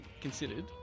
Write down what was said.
considered